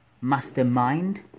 mastermind